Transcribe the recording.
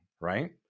right